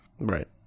right